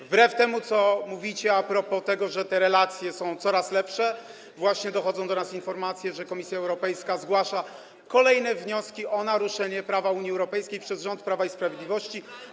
Wbrew temu, co mówicie a propos tego, że te relacje są coraz lepsze, właśnie dochodzą do nas informacje, że Komisja Europejska zgłasza kolejne wnioski dotyczące naruszenia prawa Unii Europejskiej przez rząd Prawa i Sprawiedliwości.